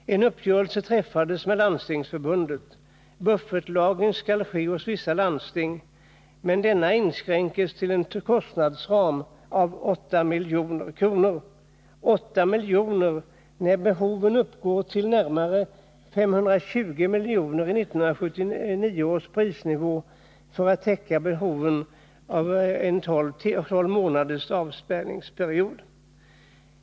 En uppgörelse träffades med Landstingsförbundet. Buffertlagring skulle ske hos vissa landsting. Men kostnadsramen för detta inskränktes till 8 milj.kr. Vad är 8 milj.kr., när behoven uppgår till närmare 520 milj.kr. enligt 1979 års prisnivå för att täcka behoven under en tolv månaders avspärrningsperiod?